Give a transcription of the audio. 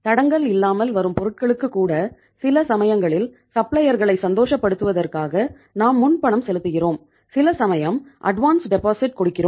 தடங்கல் இல்லாமல் வரும் பொருட்களுக்கு கூட சில சமயங்களில் சப்ளையர் களை கொடுக்கிறோம்